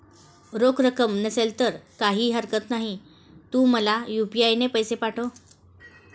रोख रक्कम नसेल तर काहीही हरकत नाही, तू मला यू.पी.आय ने पैसे पाठव